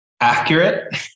accurate